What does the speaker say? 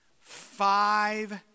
Five